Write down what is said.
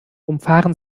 umfahren